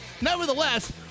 Nevertheless